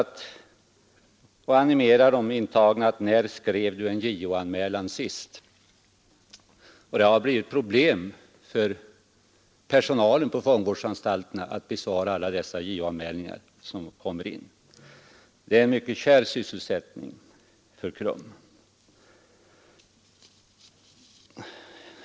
Det animerar de intagna och säger: ”När skrev du en JO-anmälan sist?” Det har blivit ett problem för personalen på fångvårdsanstalterna att besvara alla dessa JO-anmälningar som kommer in. Det är här fråga om en mycket kär sysselsättning för KRUM.